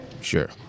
Sure